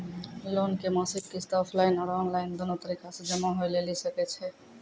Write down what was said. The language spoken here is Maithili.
लोन के मासिक किस्त ऑफलाइन और ऑनलाइन दोनो तरीका से जमा होय लेली सकै छै?